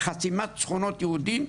חסימת שכונות יהודים,